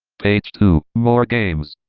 page two, more games,